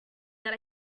that